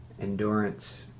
endurance